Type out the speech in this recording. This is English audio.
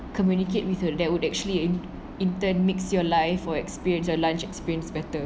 communicate with her that would actually in turn makes your life or experience your lunch experience better